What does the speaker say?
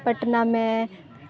پٹنہ میں